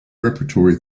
repertory